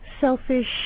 selfish